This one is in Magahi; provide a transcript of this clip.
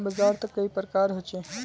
बाजार त कई प्रकार होचे?